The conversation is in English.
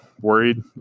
worried